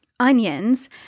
onions